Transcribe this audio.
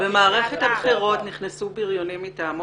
במערכת הבחירות נכנסו בריונים מטעמו